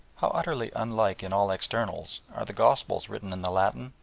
how utterly unlike in all externals are the gospels written in the latin,